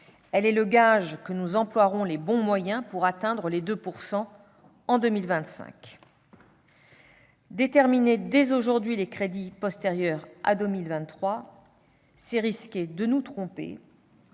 Elle est le gage que nous emploierons les bons moyens pour atteindre l'objectif de 2 % du PIB en 2025. Déterminer dès aujourd'hui les crédits postérieurs à 2023, c'est risquer de nous tromper,